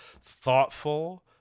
thoughtful